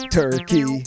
turkey